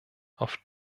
auf